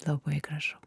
labai gražu